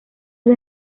sus